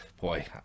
boy